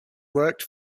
worked